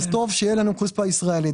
לכן טוב שתהיה לנו כוספא ישראלית.